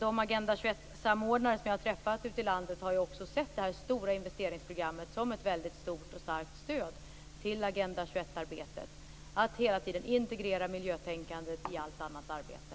De Agenda 21-samordnare som jag har träffat ute i landet har sett detta stora investeringsprogram som ett starkt stöd till Agenda 21-arbetet. Miljötänkandet integreras där hela tiden i allt annat arbete.